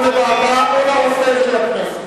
או לוועדה או לרופא של הכנסת.